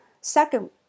second